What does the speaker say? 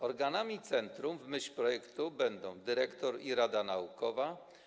Organami centrum w myśl projektu będą dyrektor i Rada Naukowa.